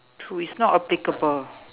true it's not applicable